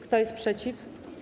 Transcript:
Kto jest przeciw?